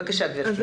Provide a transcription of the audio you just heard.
בבקשה, גברתי.